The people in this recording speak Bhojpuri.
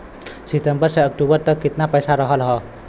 सितंबर से अक्टूबर तक कितना पैसा रहल ह?